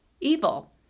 evil